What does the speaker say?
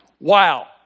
Wow